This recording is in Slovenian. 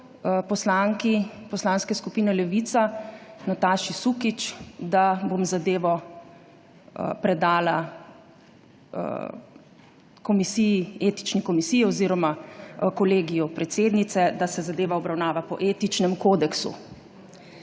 Poslanske skupine Levica Nataši Sukič, da bom zadevo predala etični komisiji oziroma kolegiju predsednice, da se zadeva obravnava po etičnem kodeksu.